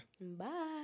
Bye